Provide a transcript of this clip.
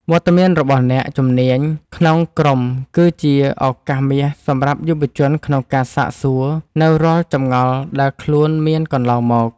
វត្តមានរបស់អ្នកជំនាញក្នុងក្រុមគឺជាឱកាសមាសសម្រាប់យុវជនក្នុងការសាកសួរនូវរាល់ចម្ងល់ដែលខ្លួនមានកន្លងមក។